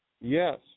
Yes